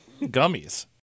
gummies